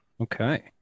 okay